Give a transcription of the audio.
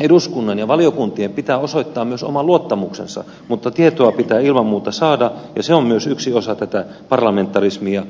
eduskunnan ja valiokuntien pitää osoittaa myös oma luottamuksensa mutta tietoa pitää ilman muuta saada ja se on myös yksi osa tätä parlamentarismia